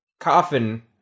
coffin